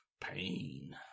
pain